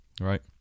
Right